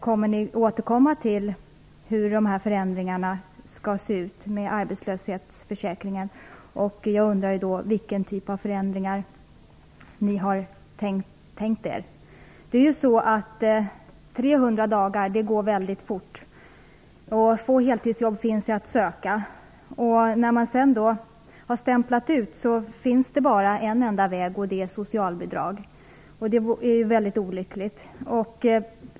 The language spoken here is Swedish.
Kommer ni att återkomma till hur förändringarna i arbetslöshetsförsäkringen skall se ut? Jag skulle också vilja veta vilken typ av förändringar regeringen har tänkt sig. 300 dagar går ju väldigt fort, och det finns få heltidsjobb att söka. När man väl stämplat ut finns det bara en enda väg, nämligen socialbidrag; det är väldigt olyckligt.